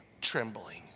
trembling